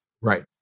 Right